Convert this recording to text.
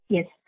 Yes